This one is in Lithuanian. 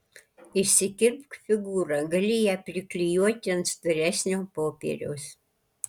išsikirpk figūrą gali ją priklijuoti ant storesnio popieriaus